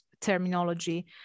terminology